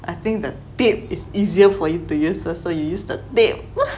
I think the tape is easier for you to use first so you use the tape